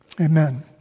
Amen